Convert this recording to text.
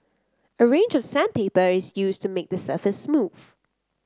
a range of sandpaper is used to make the surface smooth